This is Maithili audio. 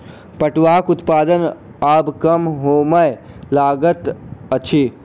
पटुआक उत्पादन आब कम होमय लागल अछि